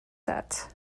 set